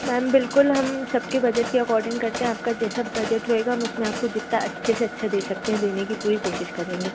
ma'am बिल्कुल हम सबके बजट के अकॉर्डिंग करते हैं आपका जैसा बजट होएगा हम उसमें आपको जितना अच्छे से अच्छा दे सकते हैं देने की पूरी कोशिश करेंगे